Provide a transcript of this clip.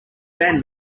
band